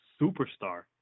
superstar